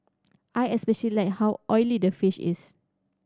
I especially like how oily the dish is